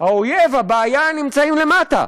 האויב והבעיה נמצאים למטה,